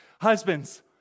Husbands